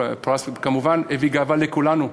כמובן הביא גאווה לכולנו,